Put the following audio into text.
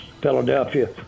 Philadelphia